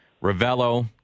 Ravello